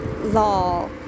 law